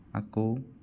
আকৌ